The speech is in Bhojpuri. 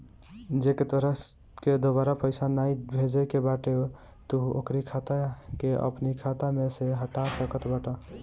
जेके तोहरा के दुबारा पईसा नाइ भेजे के बाटे तू ओकरी खाता के अपनी खाता में से हटा सकत बाटअ